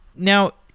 now,